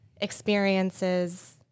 experiences